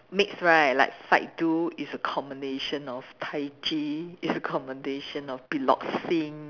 mix right like fight do is a combination of Tai Chi it's a combination of Piloxing